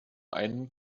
einen